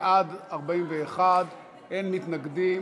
בעד, 41, אין מתנגדים,